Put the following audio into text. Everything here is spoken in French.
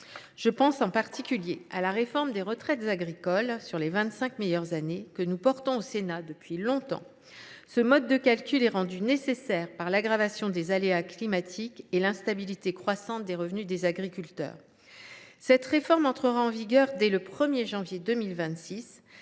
Je pense en particulier à la réforme des retraites agricoles sur les vingt cinq meilleures années que nous défendons depuis longtemps au Sénat. Un nouveau mode de calcul est rendu nécessaire par l’aggravation des aléas climatiques et l’instabilité croissante des revenus des agriculteurs. Cette réforme entrera en vigueur dès le 1 janvier 2026,